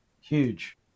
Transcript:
huge